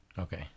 Okay